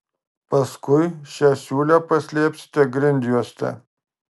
paskui šią siūlę paslėpsite grindjuoste